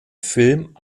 film